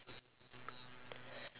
this week